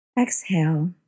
Exhale